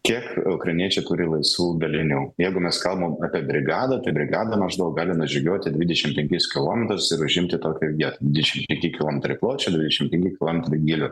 kiek ukrainiečiai turi laisvų dalinių jeigu mes kalbam apie brigadą tai brigada maždaug gali nužygiuoti dvidešim penkis kilometrus ir užimti tokią vietą dvidešim penki kilometrai pločio dvydešim penki kilometrai gylio